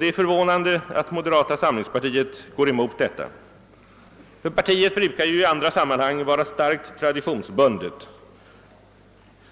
Det är förvånande att moderata samlingspartiet går emot detta. Partiet brukar ju i andra sammanhang vara starkt traditionsbundet.